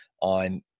on